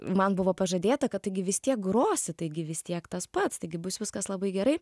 man buvo pažadėta kad taigi vis tiek grosi taigi vis tiek tas pats taigi bus viskas labai gerai